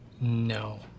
No